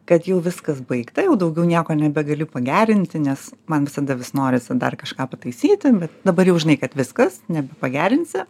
kad jau viskas baigta jau daugiau nieko nebegaliu pagerinti nes man visada vis norisi dar kažką pataisyti bet dabar jau žinai kad viskas nebepagerinsi